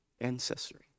ancestry